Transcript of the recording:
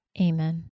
Amen